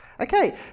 Okay